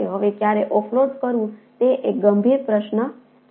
હવે ક્યારે ઓફલોડ કરવું તે એક ગંભીર પ્રશ્ન છે